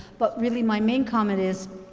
but really my main comment is,